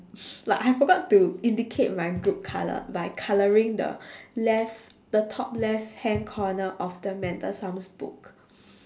like I forgot to indicate my group colour by colouring the left the top left hand corner of the mental sums book